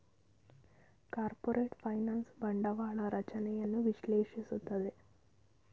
corporate finance ಬಂಡವಾಳ ರಚನೆಯನ್ನು ವಿಶ್ಲೇಷಿಸುತ್ತದೆ